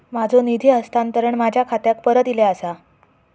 माझो निधी हस्तांतरण माझ्या खात्याक परत इले आसा